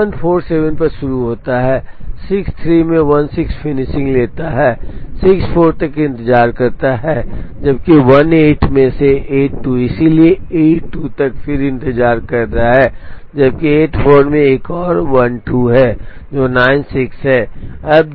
J1 47 पर शुरू होता है 63 में 16 फिनिशिंग लेता है 64 तक इंतजार करता है जबकि 18 में से 82 इसलिए 82 तक फिर से इंतजार कर रहा है जबकि 84 में एक और 12 है जो 96 है